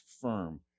firm